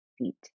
feet